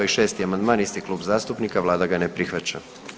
I 6. amandman isti klub zastupnika, vlada ga ne prihvaća.